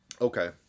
Okay